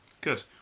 Good